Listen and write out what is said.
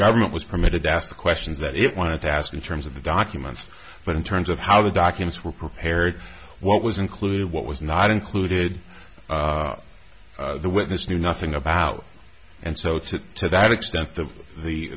government was permitted to ask the questions that it wanted to ask in terms of the documents but in terms of how the documents were prepared what was included what was not included the witness knew nothing about and so to to that extent the the